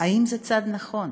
האם זה צעד נכון?